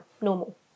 normal